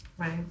Right